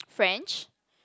French